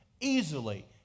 easily